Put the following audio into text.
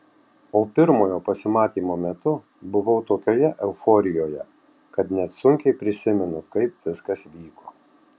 o pirmojo pasimatymo metu buvau tokioje euforijoje kad net sunkiai prisimenu kaip viskas vyko